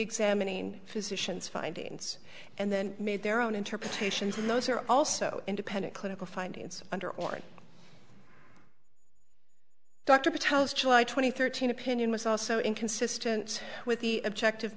examining physicians findings and then made their own interpretations and those are also independent clinical findings under or dr patel's july twenty third team opinion was also inconsistent with the objective